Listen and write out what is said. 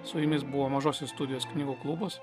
su jumis buvo mažosios studijos knygų klubas